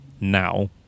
now